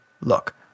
Look